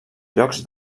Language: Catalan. llocs